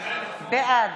בעד